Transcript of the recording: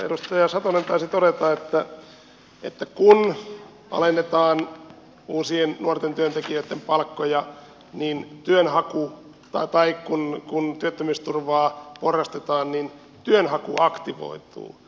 edustaja satonen taisi todeta että kun alennetaan uusien nuorten työntekijöitten palkkoja tai kun työttömyysturvaa porrastetaan niin työnhaku aktivoituu